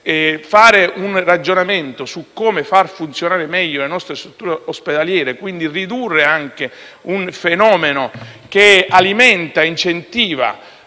fare un ragionamento su come far funzionare meglio le nostre strutture ospedaliere, e quindi su come ridurre anche un fenomeno che alimenta ed incentiva